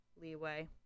leeway